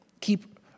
Keep